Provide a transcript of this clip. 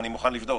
אני מוכן לבדוק.